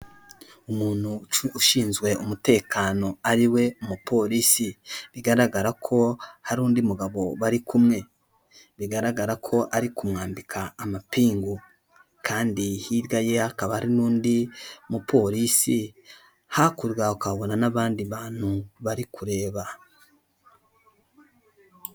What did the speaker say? Umuntu ushinzwe umutekano ariwe mupolisi bigaragara ko hari undi mugabo bari kumwe, bigaragara ko ari kumwambika amapingu kandi hirya ye hakaba hari n'undi mupolisi, hakurya ukabona n'abandi bantu bari kureba.